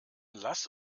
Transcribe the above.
lass